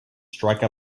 strike